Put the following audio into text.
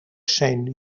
shane